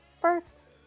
first